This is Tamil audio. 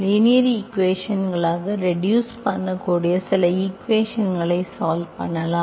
லீனியர் ஈக்குவேஷன்களாகக் ரெடியூஸ் பண்ணக்கூடிய சில ஈக்குவேஷன்களை சால்வ் பண்ணலாம்